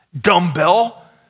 dumbbell